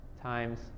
times